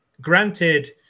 granted